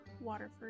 Waterford